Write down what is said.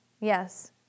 Yes